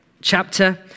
chapter